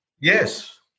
Yes